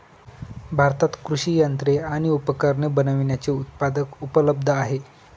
भारतात कृषि यंत्रे आणि उपकरणे बनविण्याचे उत्पादक उपलब्ध आहे